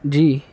جی